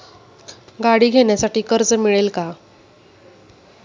गाडी घेण्यासाठी कर्ज मिळेल का?